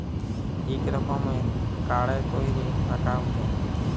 ইক রকমের কাড়ে ক্যইরে টাকা উঠে